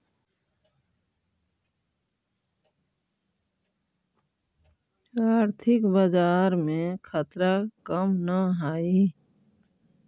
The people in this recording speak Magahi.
आर्थिक बाजार में खतरा कम न हाई